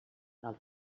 del